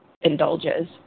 indulges